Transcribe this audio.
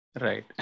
right